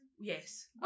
yes